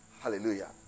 Hallelujah